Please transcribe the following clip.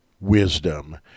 wisdom